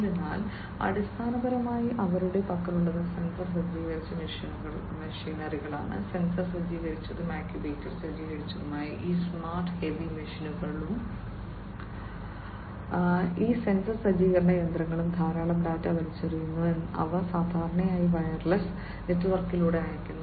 അതിനാൽ അടിസ്ഥാനപരമായി അവരുടെ പക്കലുള്ളത് സെൻസർ സജ്ജീകരിച്ച മെഷീനറികളാണ് സെൻസർ സജ്ജീകരിച്ചതും ആക്യുവേറ്റർ സജ്ജീകരിച്ചതുമായ ഈ സ്മാർട്ട് ഹെവി മെഷിനറികളും ഈ സെൻസർ സജ്ജീകരണ യന്ത്രങ്ങളും ധാരാളം ഡാറ്റ വലിച്ചെറിയുന്നു അവ സാധാരണയായി വയർലെസ് നെറ്റ്വർക്കിലൂടെ അയയ്ക്കുന്നു